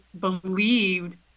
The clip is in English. believed